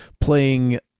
playing